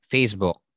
Facebook